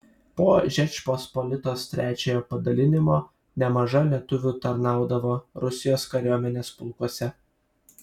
po žečpospolitos trečiojo padalinimo nemaža lietuvių tarnaudavo rusijos kariuomenės pulkuose